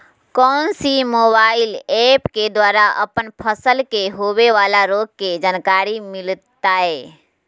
कौन सी mobile app के द्वारा अपन फसल के होबे बाला रोग के जानकारी मिलताय?